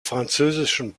französischen